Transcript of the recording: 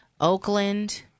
Oakland